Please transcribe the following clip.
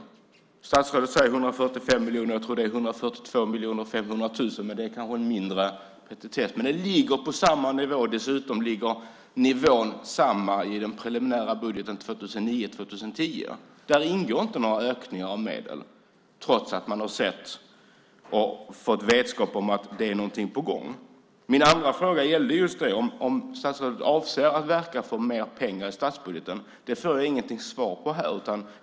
Statsrådet säger att det är 145 miljoner. Jag tror att det är 142 500 000, men det kanske är en petitess. Det ligger på samma nivå, och dessutom är nivån densamma i den preliminära budgeten för 2009-2010. Där finns inte några ökningar av medel trots att man har fått veta att det är någonting på gång. Min andra fråga gällde om statsrådet avser att verka för mer pengar i statsbudgeten. Den får jag inte svar på här.